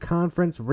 Conference